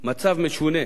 מצב משונה,